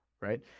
right